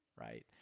right